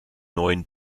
neuen